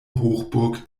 hochburg